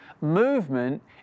movement